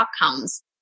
outcomes